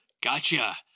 Gotcha